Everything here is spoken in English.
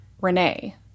Renee